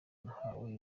nahawe